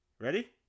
Ready